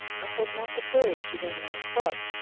i had not the courage to go near my club,